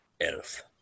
Elf